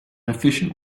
efficient